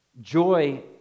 Joy